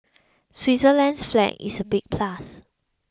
Switzerland's flag is a big plus